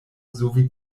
sowie